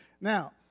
now